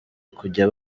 kujya